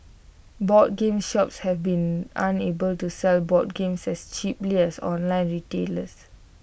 board game shops have been unable to sell board games as cheaply as online retailers